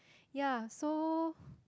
ya so